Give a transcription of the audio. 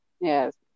Yes